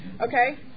Okay